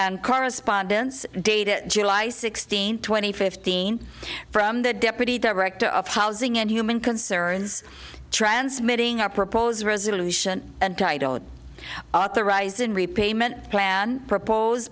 and correspondence dated july sixteenth two thousand and fifteen from the deputy director of housing and human concerns transmitting our proposed resolution and title authorizing repayment plan propose